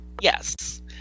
Yes